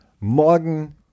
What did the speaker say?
morgen